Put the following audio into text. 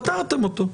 פטרתם אותו.